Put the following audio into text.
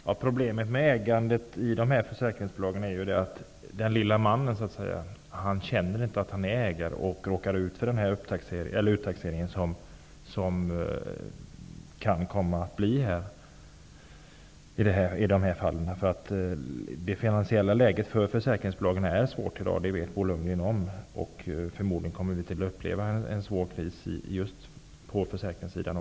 Herr talman! Problemet med ägandet i dessa försäkringsbolag är att den lilla mannen inte känner att han är ägare och att han kanske råkar ut för den uttaxering som kan ske i dessa fall. Det finansiella läget för försäkringsbolagen är svårt i dag. Det vet Bo Lundgren. Förmodligen kommer vi att uppleva en svår kris även just på försäkringssidan.